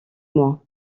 moi